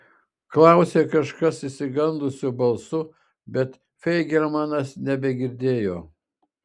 klausė kažkas išsigandusiu balsu bet feigelmanas nebegirdėjo